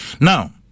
Now